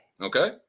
Okay